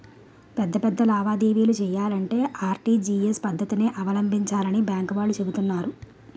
పెద్ద పెద్ద లావాదేవీలు చెయ్యాలంటే ఆర్.టి.జి.ఎస్ పద్దతినే అవలంబించాలని బాంకు వాళ్ళు చెబుతున్నారు